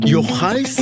Yochai